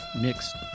Mixed